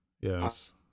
Yes